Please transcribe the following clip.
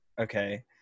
okay